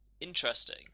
interesting